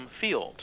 field